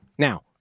Now